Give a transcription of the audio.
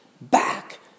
back